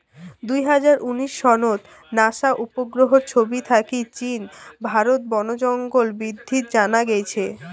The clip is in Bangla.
দুই হাজার উনিশ সনত নাসা উপগ্রহর ছবি থাকি চীন, ভারত বনজঙ্গল বিদ্ধিত জানা গেইছে